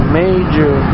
major